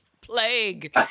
plague